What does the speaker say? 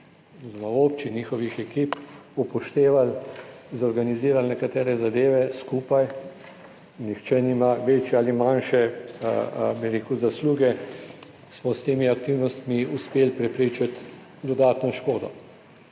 občin, njihovih ekip upoštevali, zorganizirali nekatere zadeve skupaj, nihče nima večje ali manjše, bi rekel, zasluge, smo s temi aktivnostmi uspeli preprečiti dodatno škodo